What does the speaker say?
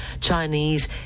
Chinese